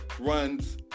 runs